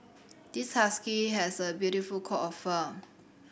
this husky has a beautiful coat of fur